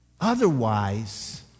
Otherwise